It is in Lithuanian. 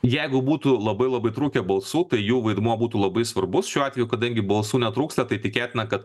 jeigu būtų labai labai trūkę balsų tai jų vaidmuo būtų labai svarbus šiuo atveju kadangi balsų netrūksta tai tikėtina kad